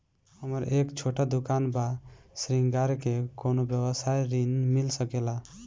हमर एक छोटा दुकान बा श्रृंगार के कौनो व्यवसाय ऋण मिल सके ला?